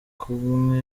kumwe